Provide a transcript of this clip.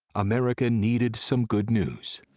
america needed some good news.